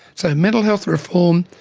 so mental health reform,